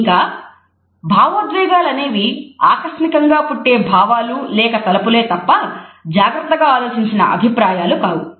ఇంకా భావోద్వేగాలనేవి ఆకస్మికంగా పుట్టే భావాలూ లేక తలపులే తప్ప జాగ్రత్తగా ఆలోచించిన అభిప్రాయాలు కావు